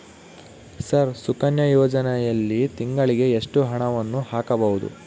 Sir Sukanya ಯೋಜನೆಯಲ್ಲಿ ತಿಂಗಳಿಗೆ ಎಷ್ಟು ಹಣವನ್ನು ಹಾಕಬಹುದು?